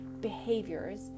behaviors